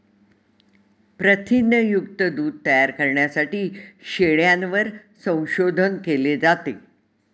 प्रथिनयुक्त दूध तयार करण्यासाठी शेळ्यांवर संशोधन केले जाते